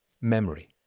memory